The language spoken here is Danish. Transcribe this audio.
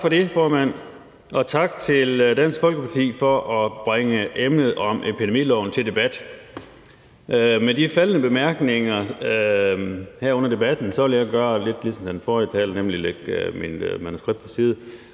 Tak for det, formand. Og tak til Dansk Folkeparti for at bringe epidemiloven til debat. Med de faldne bemærkninger her under debatten vil jeg gøre lidt ligesom den forrige taler og lægge mit manuskript til side